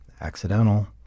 accidental